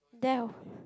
delf